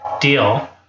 deal